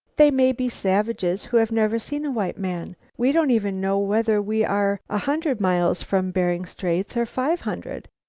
they may be savages who have never seen a white man. we don't even know whether we are a hundred miles from bering straits or five hundred.